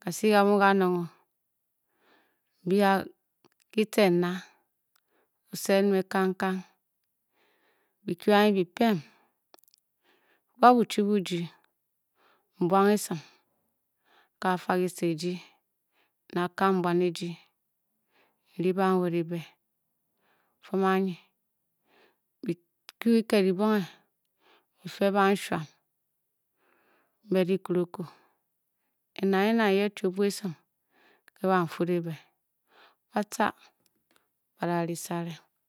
Kasi ga mu kanong, mbia kitcen na. osed me kangkang, bi kwu anyè byi pem, a-a buchi bujii mbuag esim ka fa kise ejii n da kam buan ejii in-ri banwed e-bě fum anye bi kyu kiked ki bonghe bife banshuam mbe dikurukwu, e-nang ye, nang ye o-chi o-bua esim, ke banfuud e-be batca ba da n sare